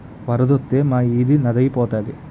వరదొత్తే మా ఈది నదే ఐపోతాది